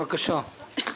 בבקשה.